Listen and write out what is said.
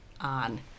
on